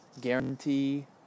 guarantee